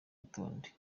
rutonde